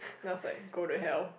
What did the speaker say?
then I was like go to hell